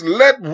let